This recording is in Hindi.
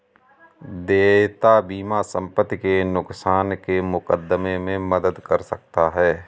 देयता बीमा संपत्ति के नुकसान के मुकदमे में मदद कर सकता है